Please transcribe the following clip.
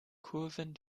kurven